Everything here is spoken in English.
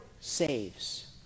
saves